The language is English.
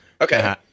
Okay